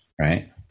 Right